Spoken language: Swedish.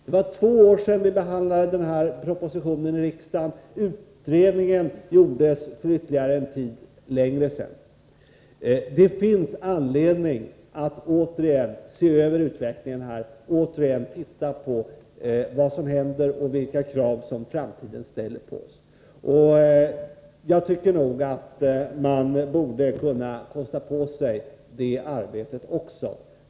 Det är redan två år sedan vi behandlade nämnda MN proposition här i riksdagen, och utredningsarbetet skedde för ytterligare någon tid sedan. Det finns således anledning att återigen se över utvecklingen på detta område och att beakta vad utvecklingen i framtiden kan komma att kräva. Det borde man kunna kosta på sig.